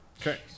Okay